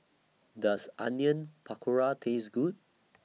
Does Onion Pakora Taste Good